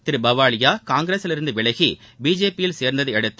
திரு பவாலியா காங்கிரசில் இருந்து விலகி பிஜேபி யில் சேர்ந்ததை அடுத்து